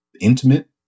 intimate